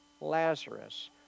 Lazarus